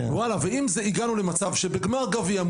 ואם הגענו למצב שבגמר גביע,